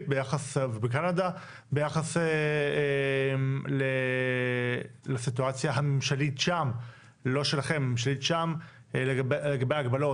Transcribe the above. ובקנדה ביחס לסיטואציה הממשלית שם לגבי ההגבלות,